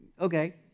Okay